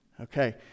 Okay